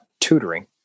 tutoring